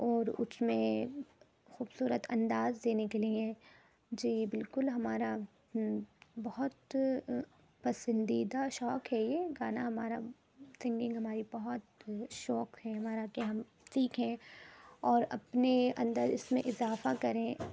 اور اس میں خوبصورت انداز دینے کے لیے جی بالکل ہمارا بہت پسندیدہ شوق ہے یہ گانا ہمارا سنگنگ ہماری بہت شوق ہے ہمارا کہ ہم سیکھیں اور اپنے اندر اس میں اضافہ کریں